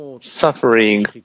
suffering